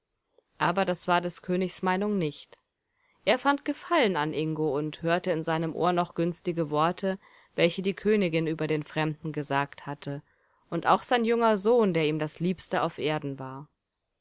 aber das war des königs meinung nicht er fand gefallen an ingo und hörte in seinem ohr noch günstige worte welche die königin über den fremden gesagt hatte und auch sein junger sohn der ihm das liebste auf erden war